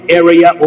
area